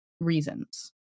reasons